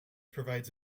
provides